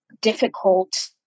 difficult